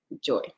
joy